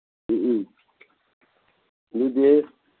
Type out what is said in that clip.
ꯎꯝ ꯎꯝ ꯑꯗꯨꯗꯤ